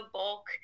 bulk